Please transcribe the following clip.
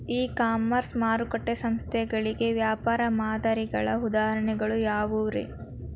E commerce ಮಾರುಕಟ್ಟೆ ಸ್ಥಳಗಳಿಗೆ ವ್ಯಾಪಾರ ಮಾದರಿಗಳ ಉದಾಹರಣೆಗಳು ಯಾವವುರೇ?